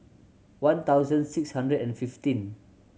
one thousand six hundred and fifteen